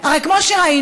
הרי כמו שראינו,